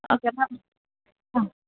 okay അപ്പം ആ